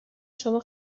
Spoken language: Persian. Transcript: شما